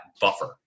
buffer